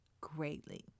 greatly